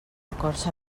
acords